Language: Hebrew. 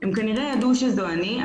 הם כנראה ידעו שזו אני,